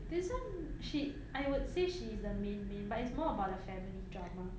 this [one] she I would say she is the main main but it's more about the family drama